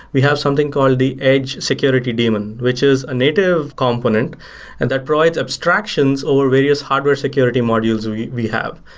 we have something called the edge security daemon, which is a native component and that provides abstractions over various hardware security modules we we have.